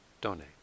donate